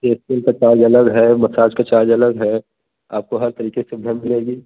facial charge अलग है massage का चार्ज अलग है आपको हर तरीके की सुविधा मिलेगी